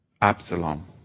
Absalom